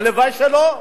הלוואי שלא.